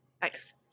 Thanks